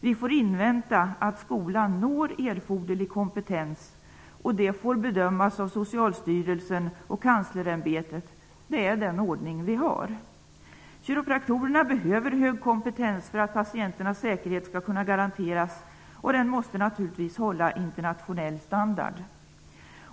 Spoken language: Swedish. Vi får invänta att skolan når erforderlig kompetens, och det får bedömas av Socialstyrelsen och Kanslersämbetet. Det är den ordning vi har. Kiropraktorerna behöver hög kompetens för att patienternas säkerhet skall kunna garanteras, och den måste naturligtvis hålla internationell standard.